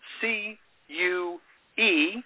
C-U-E